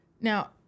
Now